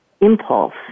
Impulse